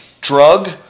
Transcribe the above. drug